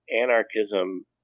anarchism